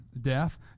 death